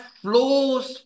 flows